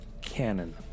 canon